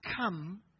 come